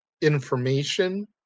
information